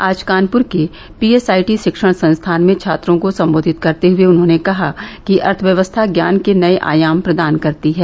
आज कानपुर के पीएसआईटी शिक्षण संस्थान में छात्रों को संबोधित करते हए उन्होंने कहा कि अर्थव्यवस्था ज्ञान के नये आयाम प्रदान करती है